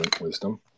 wisdom